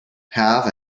have